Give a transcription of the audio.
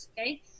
okay